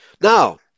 Now